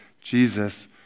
Jesus